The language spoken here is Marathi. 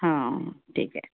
हा ठीक आहे